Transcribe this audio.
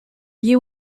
you